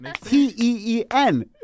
T-E-E-N